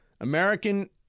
American